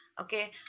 Okay